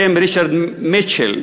ריצ'רד מיטשל,